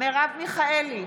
מרב מיכאלי,